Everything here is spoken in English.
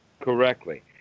Correctly